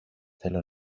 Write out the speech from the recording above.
θέλω